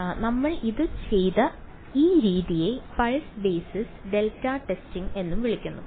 അതിനാൽ നമ്മൾ ഇത് ചെയ്ത ഈ രീതിയെ പൾസ് ബേസിസ് ഡെൽറ്റ ടെസ്റ്റിംഗ് എന്നും വിളിക്കുന്നു